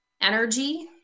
energy